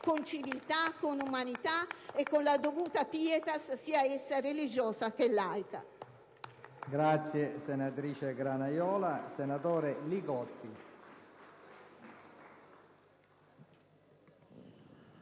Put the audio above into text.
con civiltà, con umanità e con la dovuta *pietas*, sia essa religiosa che laica.